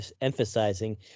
emphasizing